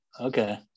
okay